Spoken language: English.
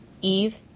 Eve